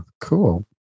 cool